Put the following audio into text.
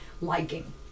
liking